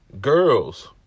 girls